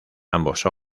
ambos